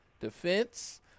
defense